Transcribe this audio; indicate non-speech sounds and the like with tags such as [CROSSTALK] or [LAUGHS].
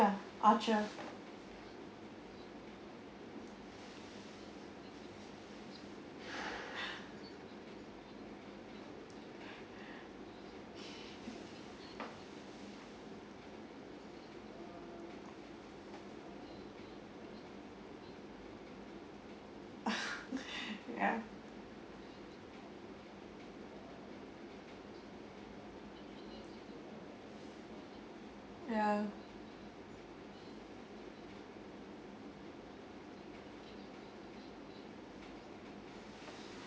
archer [LAUGHS] ya ya